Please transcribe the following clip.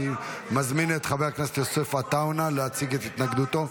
אני מזמין את חבר הכנסת יוסף עטאונה להציג את התנגדותו.